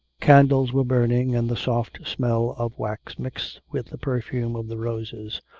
candles were burning, and the soft smell of wax mixed with the perfume of the roses.